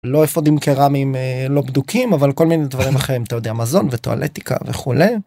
לא אפודים קרמיים לא בדוקים אבל כל מיני דברים אחרים, אתה יודע, מזון וטואלטיקה וכולי.